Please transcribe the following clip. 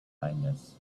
kindness